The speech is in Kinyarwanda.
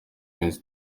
iminsi